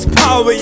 power